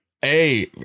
Hey